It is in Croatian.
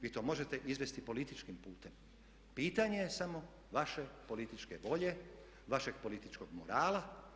Vi to možete izvesti političkim putem, pitanje je samo vaše političke volje, vašeg političkog morala.